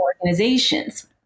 organizations